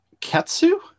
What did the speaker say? Ketsu